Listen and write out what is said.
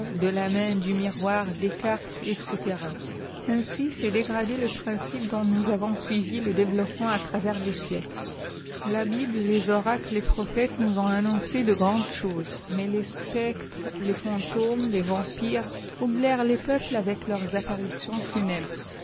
de la main du miroir des cartes etc ainsi s'est dégradé le principe dont nous avons suivi le dèveh loppement à travers les siècles la bible les oracles les prophètes nous ont annoncé du grandes choses mais les spectres les fantômes les vampires troublèrent les peuples avec leurs apparitions funèbres